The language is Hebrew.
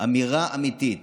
אמירה אמיתית,